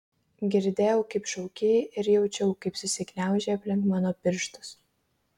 girdėjau kaip šaukei ir jaučiau kaip susigniaužei aplink mano pirštus